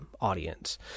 audience